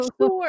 Sure